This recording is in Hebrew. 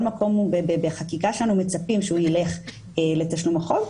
מקום אנחנו מצפים שהוא יבוא לכיסוי החוב,